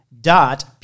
dot